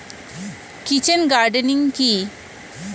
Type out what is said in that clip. Kitchen gardening কি?